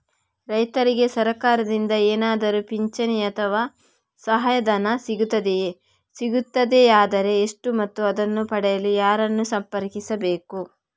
ರೈತರಿಗೆ ಸರಕಾರದಿಂದ ಏನಾದರೂ ಪಿಂಚಣಿ ಅಥವಾ ಸಹಾಯಧನ ಸಿಗುತ್ತದೆಯೇ, ಸಿಗುತ್ತದೆಯಾದರೆ ಎಷ್ಟು ಮತ್ತು ಅದನ್ನು ಪಡೆಯಲು ಯಾರನ್ನು ಸಂಪರ್ಕಿಸಬೇಕು?